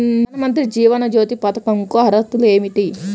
ప్రధాన మంత్రి జీవన జ్యోతి పథకంకు అర్హతలు ఏమిటి?